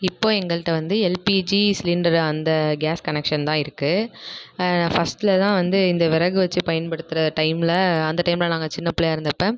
இப்போது எங்கள்கிட்ட வந்து எல்பிஜி சிலிண்டர் அந்த கேஸ் கனெக்ஷன் தான் இருக்குது ஃபஸ்ட்டில் தான் வந்து இந்த விறகு வச்சு பயன்படுத்துகிற டைமில் அந்த டைமில் நாங்கள் சின்ன பிள்ளையாக இருந்தப்போ